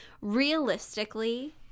realistically